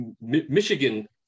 Michigan